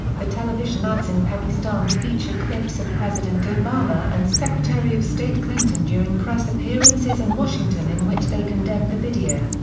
the television ads in pakistan feature clips of president obama and secretary of state clinton during press appearances in washington in which they condemned the video.